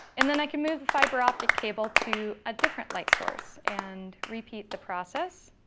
and then i can move the fiber-optic cable to a different light source and repeat the process.